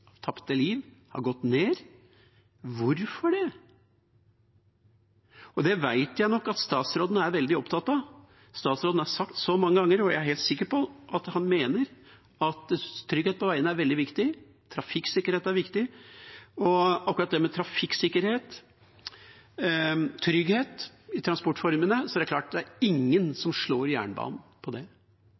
tapte liv har gått ned. Hvorfor det? Det vet jeg nok at statsråden er veldig opptatt av. Statsråden har sagt det så mange ganger, og jeg er helt sikker på at han mener at trygghet på veiene er veldig viktig. Trafikksikkerhet er viktig. Akkurat når det gjelder trafikksikkerhet, trygghet i transportformene, er det klart at ingen slår jernbanen på det. Da ville modellen kanskje slått ut et konsept som ville sagt: Det